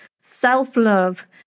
self-love